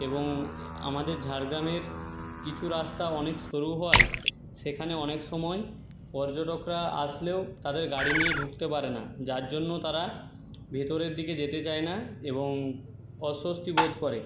এবং আমাদের ঝাড়গ্রামের কিছু রাস্তা অনেক সরু হওয়ায় সেখানে অনেক সময় পর্যটকরা আসলেও তাদের গাড়ি নিয়ে ঢুকতে পারে না যার জন্য তারা ভেতরের দিকে যেতে চায় না এবং অস্বস্তিবোধ করে